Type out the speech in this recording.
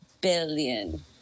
billion